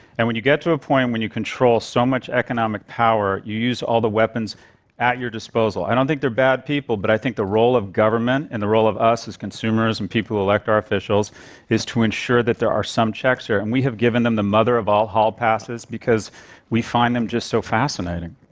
and when you get to a point where you control so much economic power, you use all the weapons at your disposal. i don't think they're bad people, but i think the role of government and the role of us as consumers and people who elect our officials is to ensure that there are some checks here. and we have given them the mother of all hall passes because we find them just so fascinating.